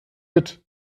mit